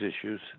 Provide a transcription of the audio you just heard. issues